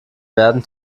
werden